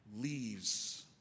leaves